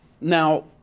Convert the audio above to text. Now